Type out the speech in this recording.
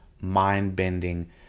mind-bending